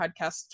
podcast